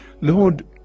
Lord